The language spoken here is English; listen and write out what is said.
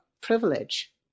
privilege